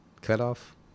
cutoff